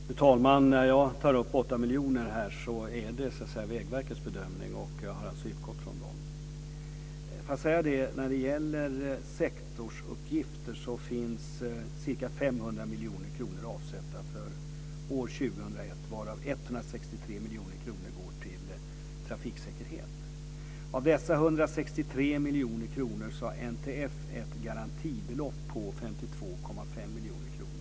Fru talman! De 8 miljoner som jag här talar om bygger på Vägverkets bedömning, som jag har utgått från. När det gäller sektorsuppgifter vill jag säga att det finns ca 500 miljoner kronor avsatta för år 2001, varav 163 miljoner kronor går till trafiksäkerhet. Av dessa 163 miljoner kronor får NTF ett garantibelopp om 52,5 miljoner kronor.